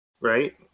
right